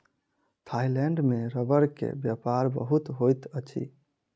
Thailand में रबड़ के व्यापार बहुत होइत अछि